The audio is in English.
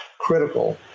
critical